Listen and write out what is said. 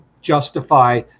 justify